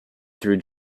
threw